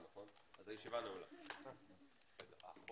אגב